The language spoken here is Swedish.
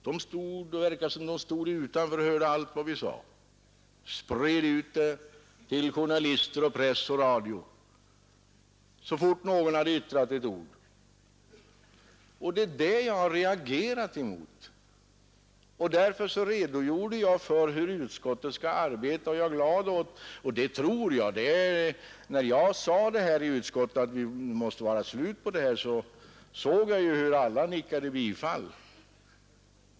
Det tycks som om det stod folk utanför dörren och hörde allt vad vi sade och spred ut det till journalister i press och radio så fort någon hade yttrat ett ord. Det är det jag har reagerat emot, och därför redogjorde jag för hur utskottet skall arbeta. Och när jag sade i utskottet att det måste vara slut på det här, såg jag ju hur alla nickade bifall.